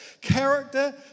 Character